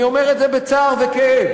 אני אומר את זה בצער וכאב,